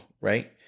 Right